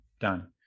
done